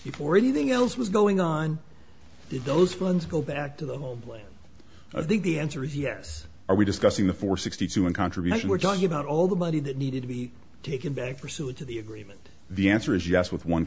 before anything else was going on those funds go back to the old way i think the answer is yes are we discussing the four hundred and sixty two in contribution we're talking about all the money that needed to be taken back pursuant to the agreement the answer is yes with one